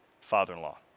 father-in-law